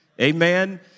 amen